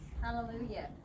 Hallelujah